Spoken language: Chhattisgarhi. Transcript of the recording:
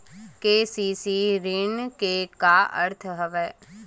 के.सी.सी ऋण के का अर्थ हवय?